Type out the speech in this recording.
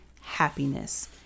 Happiness